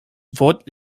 wort